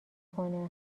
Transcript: کنه